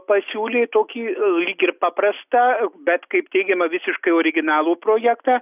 pasiūlė tokį lyg ir paprastą bet kaip teigiama visiškai originalų projektą